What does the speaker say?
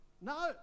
no